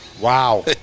Wow